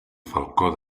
falcó